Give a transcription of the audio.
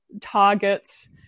targets